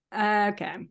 Okay